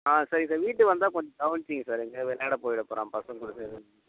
ஆ சரி சார் வீட்டுக்கு வந்தால் கொஞ்சம் கவனிச்சிக்கிங்க சார் எங்கேயாது விளையாடப் போயிடப் போகறான் பசங்கக் கூட சேர்ந்து